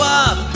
up